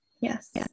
Yes